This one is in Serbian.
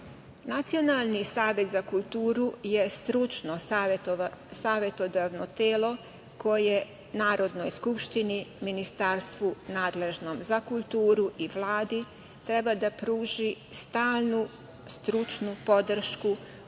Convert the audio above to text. manjina. Nacionalni savet za kulturu je stručno savetodavno telo koje Narodnoj skupštini, Ministarstvu nadležnom za kulturu i Vladi treba da pruži stalnu stručnu podršku u